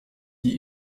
die